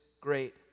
great